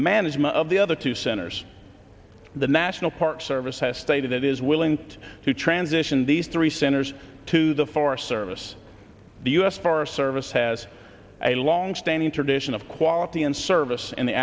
management of the other two centers the national park service has stated it is willing to transition these three centers to the forest service the u s forest service has a long standing tradition of quality and service in the